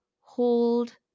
hold